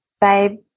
babe